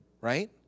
right